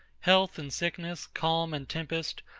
health and sickness, calm and tempest,